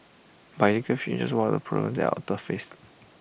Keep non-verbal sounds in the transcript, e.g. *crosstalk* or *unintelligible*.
but illegal fishing is just one of the *unintelligible* the face